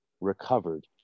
recovered